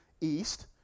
East